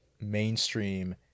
mainstream